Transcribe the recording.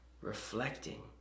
reflecting